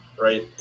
Right